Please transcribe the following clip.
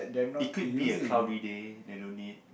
it could be a cloudy day then don't need